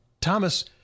Thomas